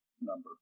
number